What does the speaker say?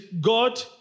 God